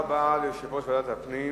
תודה רבה ליושב-ראש ועדת הפנים.